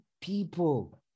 people